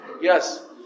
Yes